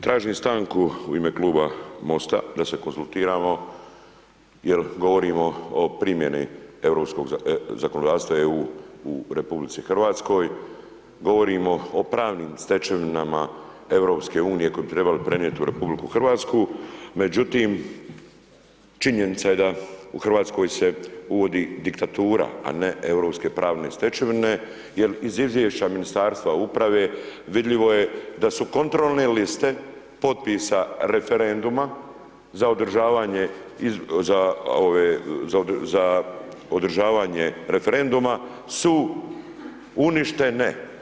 Tražim stanku u ime kluba MOST-a da se konzultiramo jer govorimo o primjeni zakonodavstva EU u RH, govorimo o pravnim stečevinama EU-a koje bi trebali prenijeti u RH međutim činjenica je da u Hrvatskoj se uvodi diktatura a ne europske pravne stečevine jer iz izvješća Ministarstva uprave vidljivo je da su kontrolne liste potpisa referenduma za održavanje referenduma su uništene.